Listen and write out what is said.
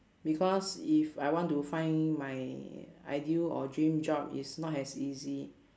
because if I want to find my ideal or dream job is not as easy